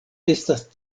estas